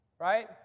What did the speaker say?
Right